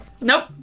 Nope